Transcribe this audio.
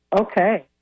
Okay